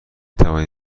توانید